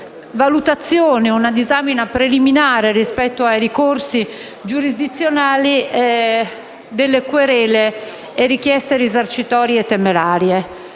una disanima preliminare rispetto ai ricorsi giurisdizionali delle querele e richieste risarcitorie temerarie.